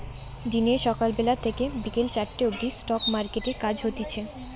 দিনে সকাল বেলা থেকে বিকেল চারটে অবদি স্টক মার্কেটে কাজ হতিছে